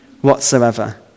whatsoever